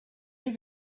you